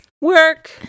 work